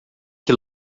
que